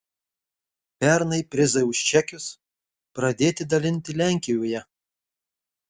pernai prizai už čekius pradėti dalinti lenkijoje